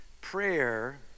prayer